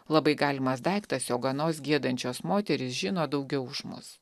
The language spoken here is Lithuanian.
labai galimas daiktas jog anos giedančios moterys žino daugiau už mus